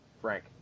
Frank